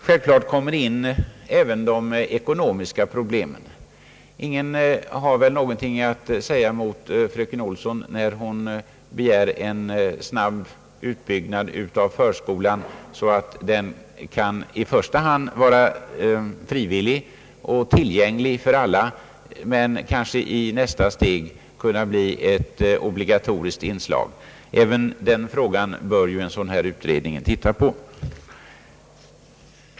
Självklart kommer även de ekonomiska problemen in i sammanhanget. Ingen har väl något att säga emot fru Olsson, när hon begär en snabb ut byggnad av förskolan, vilken i första hand skulle kunna vara frivillig och tillgänglig för alla men kanske i nästa steg kan bli ett obligatoriskt inslag. Även den frågan bör denna utredning titta på.